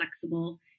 flexible